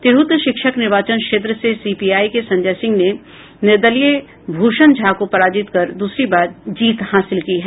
तिरहुत शिक्षक निर्वाचन क्षेत्र से सीपीआई के संजय सिंह ने निर्दलीय भूषण झा को पराजित कर दूसरी बार जीत हासिल की है